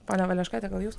ponia valeškaite gal jūs